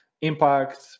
impact